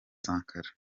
sankara